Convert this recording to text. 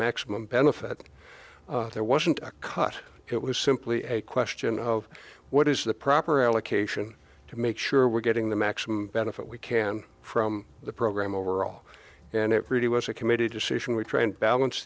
maximum benefit there wasn't a cut it was simply a question of what is the proper allocation to make sure we're getting the maximum benefit we can from the program overall and it really was a committee decision we try and balance